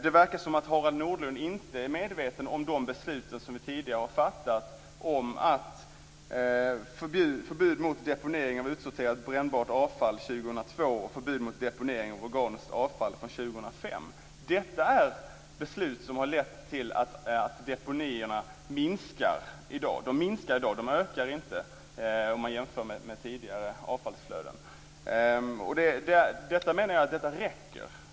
Det verkar som om Harald Nordlund inte är medveten om de beslut som vi tidigare har fattat om förbud mot deponering av utsorterat brännbart avfall 2002 och förbud mot deponering av organiskt avfall från 2005. Detta är beslut som har lett till att deponierna minskar. De minskar i dag. De ökar inte om man jämför med tidigare avfallsflöden. Detta räcker, menar jag.